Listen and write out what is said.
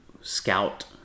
scout